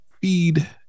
feed